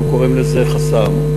אנחנו קוראים לזה חס"מ.